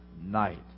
night